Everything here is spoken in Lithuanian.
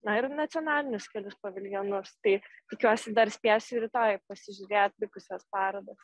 na ir nacionalinius kelis paviljonus tai tikiuosi dar spėsiu ir rytoj pasižiūrėt likusias parodas